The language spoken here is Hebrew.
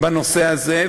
בנושא הזה,